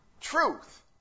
Truth